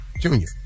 Junior